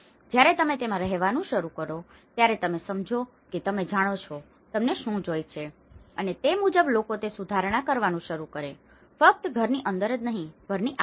જ્યારે તમે તેમાં રહેવાનું શરૂ કરો છો ત્યારે તમે સમજો છો કે તમે જાણો છો તમને શું જોઈએ છે અને તે મુજબ લોકો તે સુધારણા કરવાનું શરૂ કરે છે ફક્ત ઘરની અંદર જ નહીં ઘરની આસપાસ